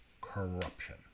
corruption